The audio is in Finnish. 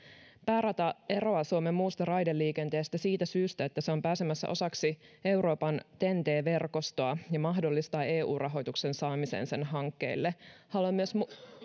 päärata eroaa suomen muusta raideliikenteestä siitä syystä että se on pääsemässä osaksi euroopan ten t verkostoa mikä mahdollistaa eu rahoituksen saamisen sen hankkeelle